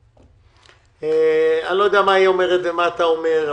אני לא יודע מה היא אומרת ומה אתה אומר,